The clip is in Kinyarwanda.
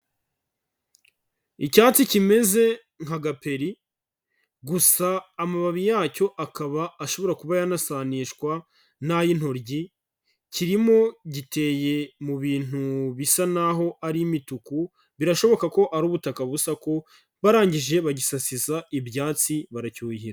Icyatsi kimeze nka gaperi, gusa amababi yacyo akaba ashobora kuba yanasanishwa n'ay'intoryi, kirimo giteye mu bintu bisa naho ari imituku, birashoboka ko ari ubutaka busa ko, barangije bagisasiza ibyatsi baracyuhira.